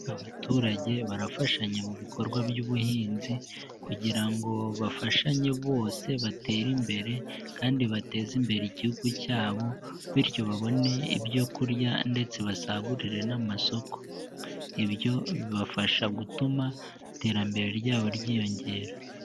Abaturage barafashanya mu bikorwa by'ubuhinzi kugira ngo bafashanye bose batere imbere kandi bateze imbere Igihugu cyabo. Bityo, babone ibyo kurya ndetse basagurire n'amasoko. Ibyo bibafasha gutuma iterambere ryabo ryiyongera.